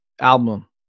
Album